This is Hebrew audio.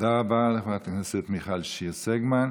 תודה רבה לחברת הכנסת מיכל שיר סגמן.